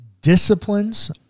disciplines